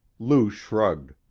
lou shrugged.